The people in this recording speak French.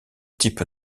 type